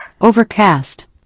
overcast